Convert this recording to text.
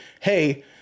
Hey